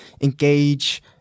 engage